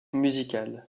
musical